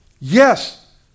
yes